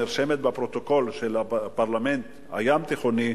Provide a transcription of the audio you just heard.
שנרשמת בפרוטוקול של הפרלמנט הים-תיכוני,